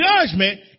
judgment